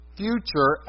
future